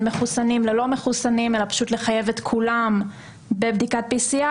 מחוסנים ללא מחוסנים אלא פשוט לחייב את כולם בבדיקת PCR,